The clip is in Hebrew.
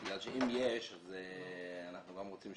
הישיבות העיר מי שהיה אז חבר הכנסת יצחק הרצוג שהוא חושב